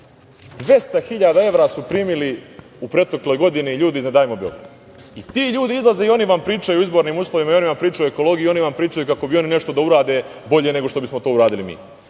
200.000 evra u protekloj godini ljudi iz „Ne davimo Beograd“ i ti ljudi izlaze i oni vam pričaju o izbornim uslovima, oni vam pričaju o ekologiji i oni vam pričaju kako bi oni nešto da urade bolje nego što bismo to uradili mi.